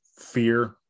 fear